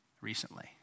recently